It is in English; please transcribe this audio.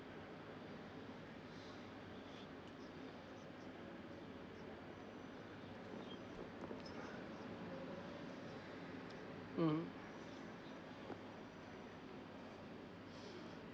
mmhmm